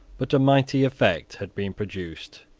but a mighty effect had been produced.